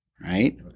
Right